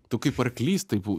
tu kaip arklys taip